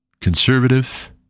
conservative